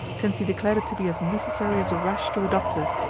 since he declared it to be as necessary as a rash to a doctor,